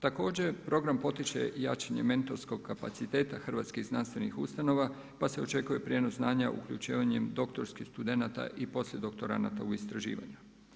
Također program potiče i jačanje mentorskog kapaciteta hrvatskih znanstvenih ustanova pa se očekuje prijenos znanja uključivanjem doktorskih studenata i poslijedoktoranata u istraživanju.